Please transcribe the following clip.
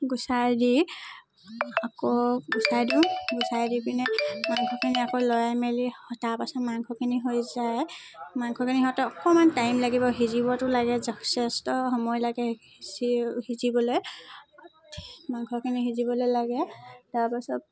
গুচাই দি আকৌ গুচাই দিওঁ গুচাই দি পিনে মাংসখিনি আকৌ লৰাই মেলি তাৰপিছত মাংসখিনি হৈ যায় মাংখিনি হওঁতে অকণমান টাইম লাগিব সিজিবটো লাগে যথেষ্ট সময় লাগে জি সিজিবলৈ মাংসখিনি সিজিবলৈ লাগে তাৰপাছত